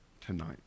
tonight